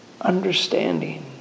understanding